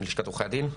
לשכת עורכי הדין.